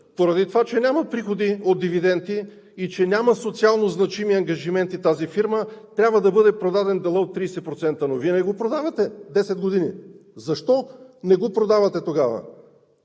„Поради това, че няма приходи от дивиденти и че няма социално значими ангажименти тази фирма, трябва да бъде продаден делът от 30%.“ Но Вие не го продавате 10 години – защо не го продавате тогава